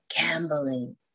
gambling